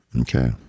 Okay